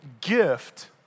gift